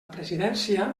presidència